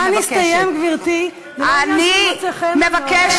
סליחה, חברה, אבל כן סיימת, הזמן נגמר.